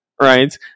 right